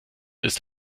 ist